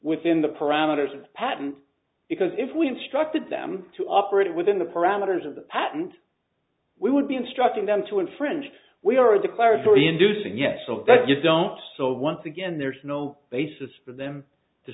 within the parameters of the patent because if we instructed them to operate within the parameters of the patent we would be instructing them to infringe we are the clerestory inducing yet so that you don't so once again there's no basis for them to